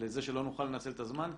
לזה שלא נוכל לנצל את הזמן,